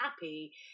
happy